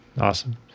Awesome